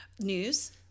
News